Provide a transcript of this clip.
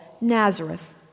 Nazareth